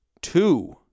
two